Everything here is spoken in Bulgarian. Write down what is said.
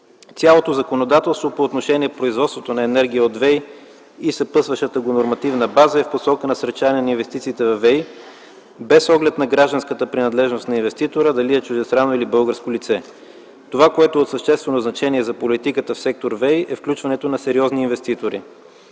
Цялото законодателство по отношение на производството на енергия от ВЕИ и съпътстващата го нормативна база е в посока насърчаване на инвестициите във ВЕИ, без оглед на гражданската принадлежност на инвеститора – дали е чуждестранно или е българско лице. Това, което е от съществено значение за политиката в сектор ВЕИ, е включването на сериозни инвеститори,